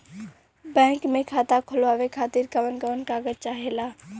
Bank मे खाता खोलवावे खातिर कवन कवन कागज चाहेला?